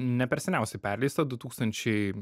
ne per seniausiai perleista du tūkstančiai